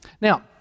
Now